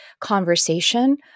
conversation